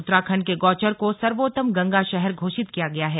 उत्तराखंड के गौचर को सर्वोत्तम गंगा शहर घोषित किया गया है